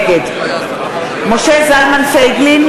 נגד משה זלמן פייגלין,